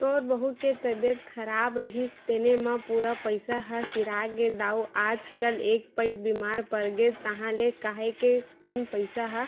तोर बहू के तबीयत खराब रिहिस तेने म पूरा पइसा ह सिरागे दाऊ आजकल एक पइत बेमार परगेस ताहले काहेक कन पइसा ह